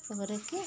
କରିକି